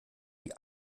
die